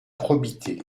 probité